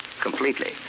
Completely